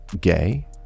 gay